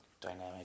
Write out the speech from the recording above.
dynamic